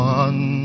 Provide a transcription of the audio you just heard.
one